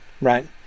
right